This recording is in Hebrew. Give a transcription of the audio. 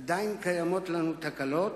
עדיין יש לנו תקלות,